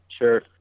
Sure